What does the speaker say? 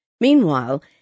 Meanwhile